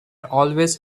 always